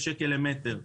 17,000 שקל למטר.